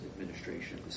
administration